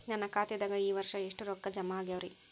ನನ್ನ ಖಾತೆದಾಗ ಈ ವರ್ಷ ಎಷ್ಟು ರೊಕ್ಕ ಜಮಾ ಆಗ್ಯಾವರಿ?